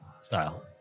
style